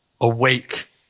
Awake